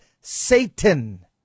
satan